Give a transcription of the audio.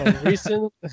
recent